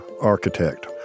architect